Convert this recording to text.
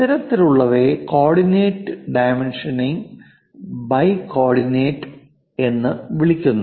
ഇത്തരത്തിലുള്ളവയെ കോർഡിനേറ്റുകൾ dimensioning by coordinate എന്ന് വിളിക്കുന്നു